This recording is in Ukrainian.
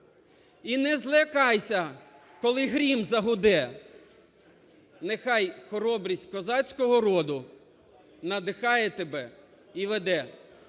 і не злякайся, коли грім загуде. Нехай хоробрість козацького роду надихає тебе і веде".